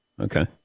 Okay